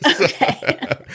Okay